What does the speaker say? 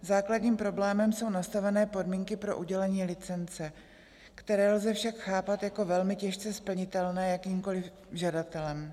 Základním problémem jsou nastavené podmínky pro udělení licence, které lze však chápat jako velmi těžce splnitelné jakýmkoliv žadatelem.